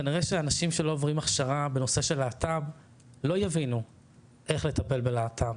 כנראה שאנשים שלא עוברים הכשרה בנושא של להט"ב לא יבינו איך לטפל בלהט"ב